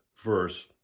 verse